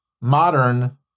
modern